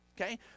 okay